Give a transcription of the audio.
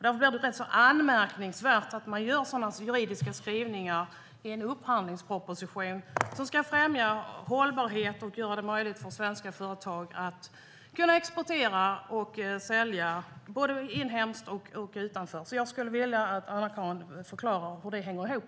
Därför är det rätt anmärkningsvärt att man gör sådana juridiska skrivningar i en upphandlingsproposition som ska främja hållbarhet och göra det möjligt för svenska företag att exportera och sälja både inom och utanför Sverige. Jag skulle vilja att Anna-Caren förklarar hur det här hänger ihop.